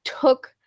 took